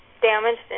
damaged